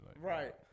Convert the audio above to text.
Right